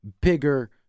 bigger